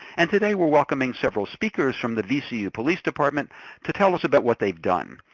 and today we're welcoming several speakers from the vcu police department to tell us about what they've done.